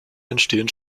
entstehen